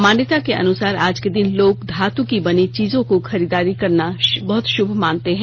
मान्यता के अनुसार आज के दिन लोग धातु की बनी चीजों की खरीदारी करना बहुत शुभ मानते हैं